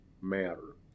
matter